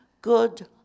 good